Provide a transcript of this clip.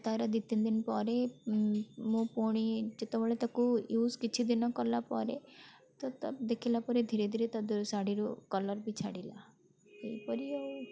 ତ ତା'ର ଦୁଇ ତିନି ଦିନ ପରେ ମୁଁ ପୁଣି ଯେତେବେଳେ ତାକୁ ୟୁଜ୍ କିଛିଦିନ କଲାପରେ ତ ଦେଖିଲାପରେ ଧିରେ ଧିରେ ତା'ଦିହରୁ ଶାଢ଼ୀରୁ କଲର୍ ବି ଛାଡ଼ିଲା ଏହିପରି ଆଉ